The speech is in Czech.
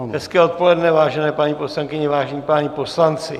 Hezké odpoledne, vážené paní poslankyně, vážení páni poslanci.